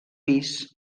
pis